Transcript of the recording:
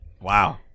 Wow